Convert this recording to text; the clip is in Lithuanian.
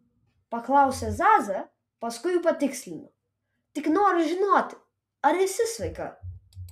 paklausė zaza paskui patikslino tik noriu žinoti ar esi sveika